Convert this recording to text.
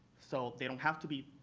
so they don't have to be,